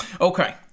Okay